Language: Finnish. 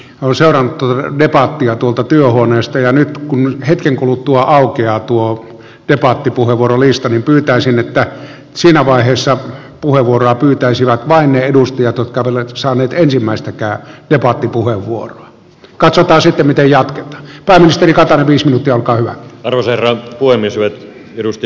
on selvää turvin palkkiotuotot työhuoneesta ja nyt kun hetken kuluttua auki ja tuo piipahti puhevuorolistan pyytäisin että siinä vaiheessa puheenvuoroa pyytäisivät vain edustajat jotka olen saanut ensimmäistäkään ja vaati puheenvuoro katsotaan sitten miten ja mistä vika tai vismutti alkaen ruiserä hyvät edustajakollegat